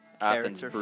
Athens